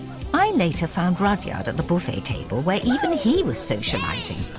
i later found rudyard at the buffet table, where even he was socialising!